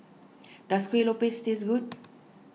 does Kueh Lopes taste good